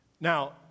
Now